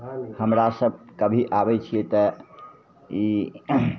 हमरा सब कभी आबय छियै तऽ ई